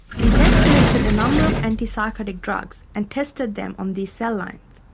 we then selected a number of antipsychotic drugs and tested them on these cell lines.